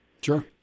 Sure